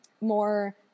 more